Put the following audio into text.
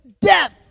death